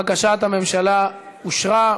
בקשת הממשלה אושרה.